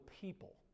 people